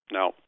Now